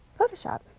photoshop.